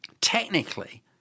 technically